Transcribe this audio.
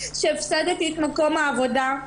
שהפסדתי את מקום העבודה,